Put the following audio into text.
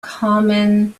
common